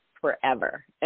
forever